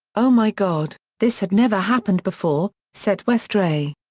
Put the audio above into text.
oh my god, this had never happened before, said westray.